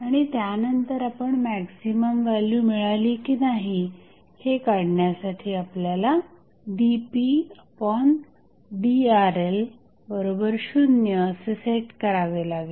आणि त्यानंतर आपण मॅक्झिमम व्हॅल्यू मिळाली की नाही हे काढण्यासाठी आपल्याला dpdRL0 असे सेट करावे लागेल